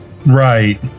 right